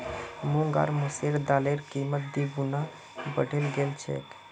मूंग आर मसूरेर दालेर कीमत दी गुना बढ़े गेल छेक